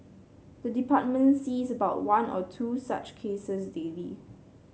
the department sees about one or two such cases daily